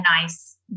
nice